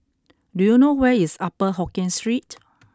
do you know where is Upper Hokkien Street